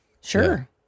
Sure